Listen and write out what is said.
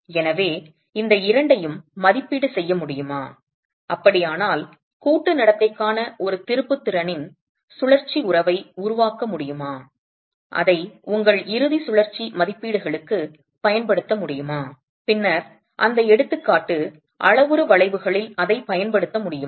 எனவே இந்த இரண்டையும் மதிப்பீடு செய்ய முடியுமா அப்படியானால் கூட்டு நடத்தைக்கான ஒரு திருப்புத்திறன் சுழற்சி உறவை உருவாக்க முடியுமா அதை உங்கள் இறுதி சுழற்சி மதிப்பீடுகளுக்குப் பயன்படுத்த முடியுமா பின்னர் அந்த எடுத்துக்காட்டு அளவுரு வளைவுகளில் அதைப் பயன்படுத்த முடியுமா